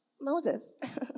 Moses